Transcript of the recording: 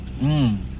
Mmm